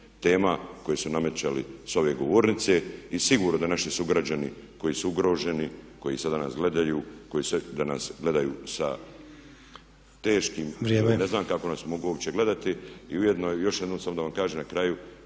tema koje su namećali sa ove govornice. I sigurno da naši sugrađani koji su ugroženi, koji sada nas gledaju, koji nas gledaju sa teškim … …/Upadica Sanader: Vrijeme./… … ili ne znam kako nas uopće mogu gledati. I ujedno još jednom samo da vam kažem na kraju